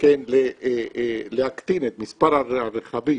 להקטין את מספר הרכבים,